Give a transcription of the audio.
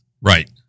Right